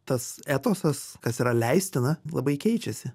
tas etosas kas yra leistina labai keičiasi